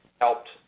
helped